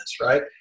right